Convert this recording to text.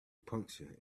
puncture